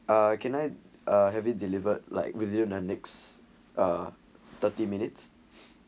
uh can I have it delivered like fifteen minutes uh thirty minutes